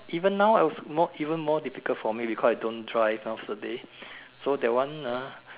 even now even more difficult for me because I don't drive half the day so that one ah